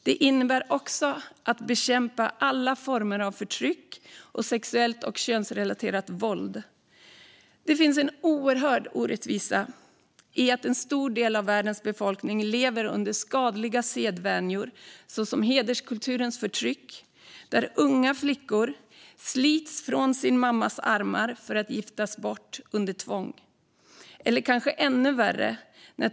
Det innebär också att bekämpa alla former av förtryck och sexuellt och könsrelaterat våld. Det finns en oerhörd orättvisa i att en stor del av världens befolkning lever under skadliga sedvänjor såsom hederskulturens förtryck, där unga flickor slits ifrån sin mammas armar för att giftas bort under tvång.